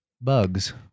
bugs